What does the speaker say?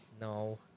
No